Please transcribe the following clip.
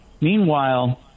Meanwhile